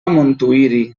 montuïri